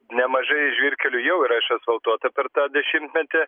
nemažai žvyrkelių jau yra išasfaltuota per tą dešimtmetį